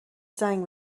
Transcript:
زنگ